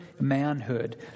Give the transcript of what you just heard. manhood